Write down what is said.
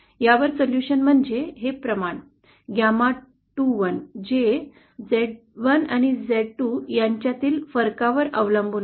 यावर उपाय म्हणजे हे प्रमाण GAMA21 जे Z1 आणि Z2 यांच्यातील फरकावर अवलंबून आहे